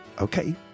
Okay